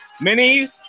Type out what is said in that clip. Mini